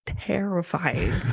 terrifying